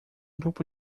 grupo